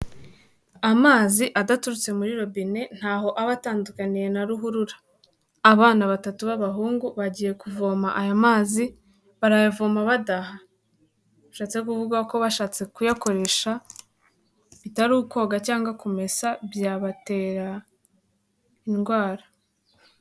Amazi adaturutse muri robine nta ho aba atandukaniye na ruhurura, abana batatu b'abahungu bagiye kuvoma aya mazi barayavoma badaha, bishatse kuvuga ko bashatse kuyakoresha bitari ukoga cyangwa kumesa byabatera indwara.